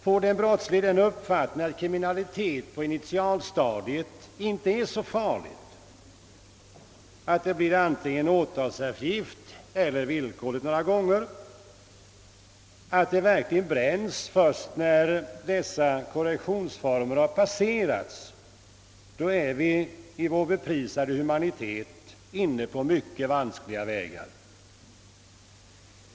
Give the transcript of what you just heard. Får den brottslige uppfattningen att kriminalitet på initialstadiet inte är så farlig utan att det blir antingen åtalseftergift eller villkorlig dom några gånger — att det verkligen bränns först när dessa korrektionsformer passerats — så är vi i vår beprisade humanitet inne på vanskliga vägar.